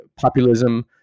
populism